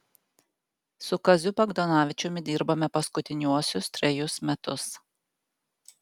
su kaziu bagdonavičiumi dirbome paskutiniuosius trejus metus